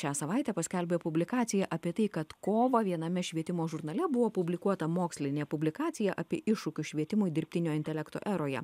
šią savaitę paskelbė publikaciją apie tai kad kovą viename švietimo žurnale buvo publikuota mokslinė publikacija apie iššūkius švietimui dirbtinio intelekto eroje